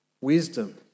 wisdom